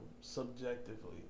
subjectively